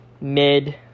mid